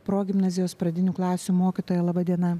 progimnazijos pradinių klasių mokytoja laba diena